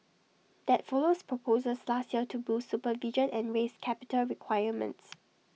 that follows proposals last year to boost supervision and raise capital requirements